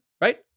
right